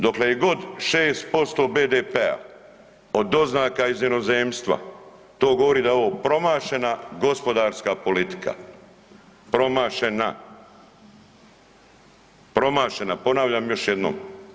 Dokle je god 6% BDP-a od doznaka iz inozemstva to govori da je ovo promašena gospodarska politika, promašena, promašena ponavljam još jednom.